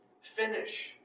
finish